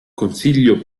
consiglio